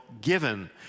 given